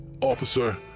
Officer